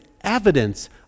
evidence